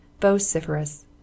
vociferous